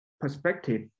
perspective